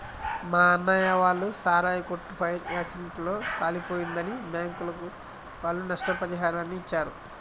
మా అన్నయ్య వాళ్ళ సారాయి కొట్టు ఫైర్ యాక్సిడెంట్ లో కాలిపోయిందని బ్యాంకుల వాళ్ళు నష్టపరిహారాన్ని ఇచ్చారు